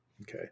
okay